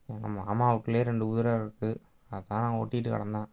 எங்கள் மாமா வீட்லியே ரெண்டு குதிரை இருக்குது அதுதான் ஓட்டிகிட்டு கிடந்தேன்